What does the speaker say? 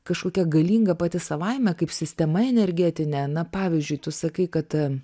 kažkokia galinga pati savaime kaip sistema energetinė na pavyzdžiui tu sakai kad